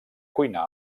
cuinar